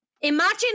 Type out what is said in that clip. Imagine